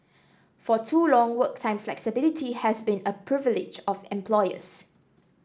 for too long work time flexibility has been a privilege of employers